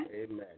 Amen